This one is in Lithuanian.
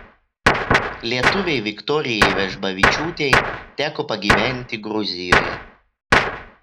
lietuvei viktorijai vežbavičiūtei teko pagyventi gruzijoje